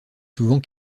souvent